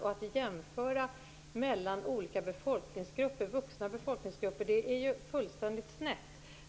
Att göra jämförelser mellan olika vuxna befolkningsgrupper är fullständigt snett.